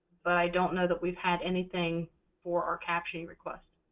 but i don't know that we've had anything for our captioning requests.